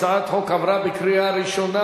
הצעת חוק בתי-המשפט (תיקון מס' 70) (שופט עמית),